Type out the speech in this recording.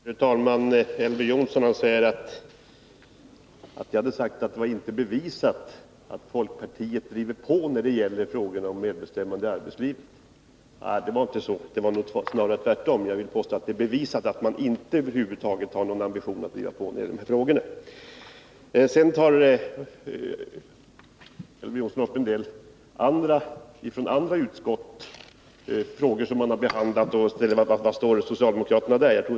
Fru talman! Elver Jonsson påstår att jag hade sagt att det inte var bevisat att folkpartiet driver på i frågorna om medbestämmande i arbetslivet. Men det var inte så, utan snarare tvärtom. Jag vill påstå att det är bevisat att folkpartiet över huvud taget inte har någon ambition att driva på i dessa frågor. Sedan tar Elver Jonsson upp en del frågor som behandlas i andra utskott och undrar var socialdemokraterna står.